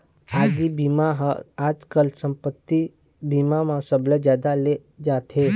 आगी बीमा ह आजकाल संपत्ति बीमा म सबले जादा ले जाथे